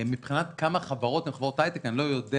מבחינת כמה חברות וחברות הייטק אני לא יודע